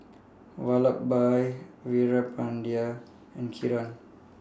Vallabhbhai Veerapandiya and Kiran